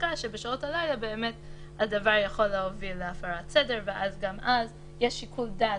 חזקה שבשעות הלילה הדבר יכול להוביל להפרת סדר ואז גם יש שיקול דעת.